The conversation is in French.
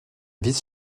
vice